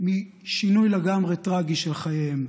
משינוי לגמרי טרגי של חייהן.